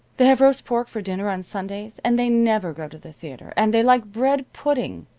they have roast pork for dinner on sundays, and they never go to the theater, and they like bread pudding,